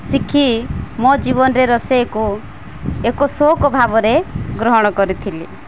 ଶିଖି ମୋ ଜୀବନରେ ରୋଷେଇକୁ ଏକ ସଉକ ଭାବରେ ଗ୍ରହଣ କରିଥିଲି